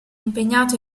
impegnato